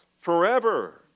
forever